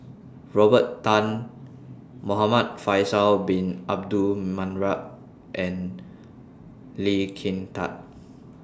Robert Tan Muhamad Faisal Bin Abdul Manap and Lee Kin Tat